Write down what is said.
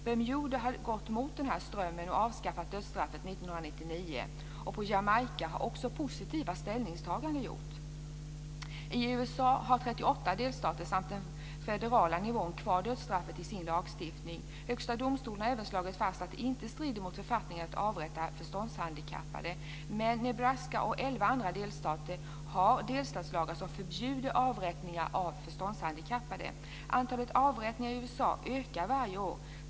Bermuda har gått mot den här strömmen och avskaffat dödsstraffet 1999. På Jamaica har också positiva ställningstaganden gjorts. I USA har 38 delstater samt den federala nivån kvar dödsstraffet i sin lagstiftning. Högsta domstolen har även slagit fast att det inte strider mot författningen att avrätta förståndshandikappade, men Nebraska och elva andra delstater har delstatslagar som förbjuder avrättningar av förståndshandikappade. Antalet avrättningar i USA ökar varje år.